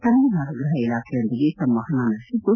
ತಮಿಳುನಾಡು ಗೃಹ ಇಲಾಖೆಯೊಂದಿಗೆ ಸಂವಹನ ನಡೆಸಿದ್ದು